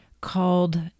called